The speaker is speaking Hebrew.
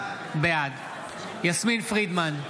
בעד יסמין פרידמן,